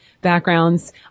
backgrounds